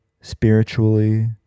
spiritually